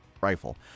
rifle